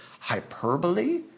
hyperbole